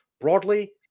broadly